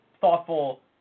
thoughtful